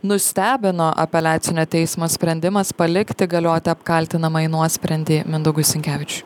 nustebino apeliacinio teismo sprendimas palikti galioti apkaltinamąjį nuosprendį mindaugui sinkevičiui